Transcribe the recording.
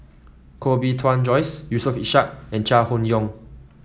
Koh Bee Tuan Joyce Yusof Ishak and Chai Hon Yoong